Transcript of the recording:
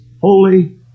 Holy